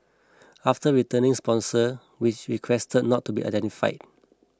after returning sponsor which requested not to be identified